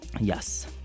yes